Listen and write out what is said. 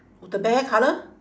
the bear colour